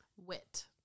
wit